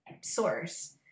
source